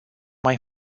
mai